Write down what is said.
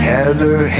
Heather